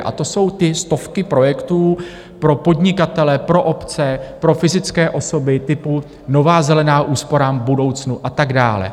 A to jsou ty stovky projektů pro podnikatele, pro obce, pro fyzické osoby typu Nová zelená úsporám v budoucnu a tak dále.